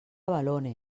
balones